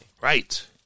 Right